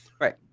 Right